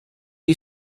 you